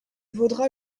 vaudra